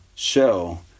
show